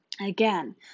Again